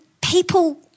people